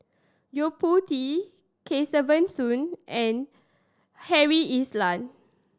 Yo Po Tee Kesavan Soon and Harry Elias